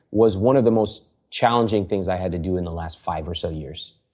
was one of the most challenging things i had to do in the last five or so years.